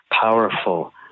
powerful